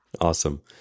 Awesome